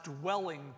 dwelling